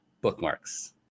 bookmarks